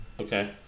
Okay